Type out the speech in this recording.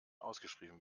ausgeschrieben